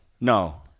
no